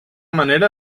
manera